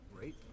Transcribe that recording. Right